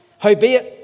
Howbeit